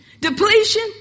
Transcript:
depletion